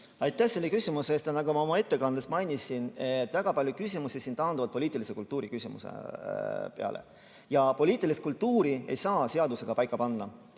Aitäh selle küsimuse eest! Nagu ma oma ettekandes mainisin, väga palju küsimused siin taanduvad poliitilise kultuuri küsimuse peale. Poliitilist kultuuri aga ei saa seadusega paika panna,